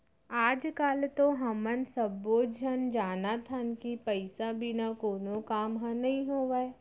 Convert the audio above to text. आज काल तो हमन सब्बो झन जानत हन कि पइसा बिना कोनो काम ह नइ होवय